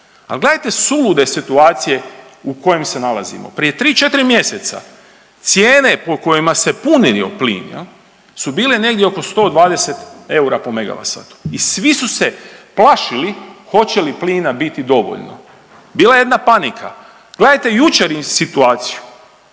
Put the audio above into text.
gledajte sulude situacije u kojim se nalazimo, prije 3-4 mjeseca cijene po kojima se punio plin jel su bile negdje oko 120 eura po MWh i svi su se plašili hoće li plina biti dovoljno, bila je jedna panika. Gledajte jučer situaciju,